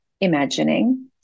imagining